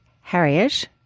Harriet